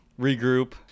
regroup